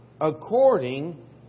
according